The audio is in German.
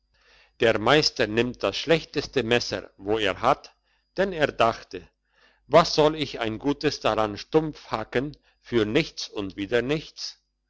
der meister nimmt das schlechteste messer wo er hat denn er dachte was soll ich ein gutes daran stumpfhacken für nichts und wieder nichts